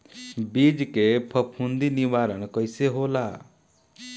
बीज के फफूंदी निवारण कईसे होला?